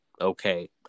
okay